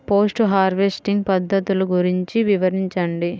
Post harvesting పద్ధతులు గురించి వివరించండి?